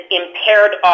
impaired